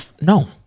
no